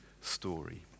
story